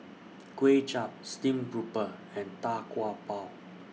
Kway Chap Steamed Grouper and Tau Kwa Pau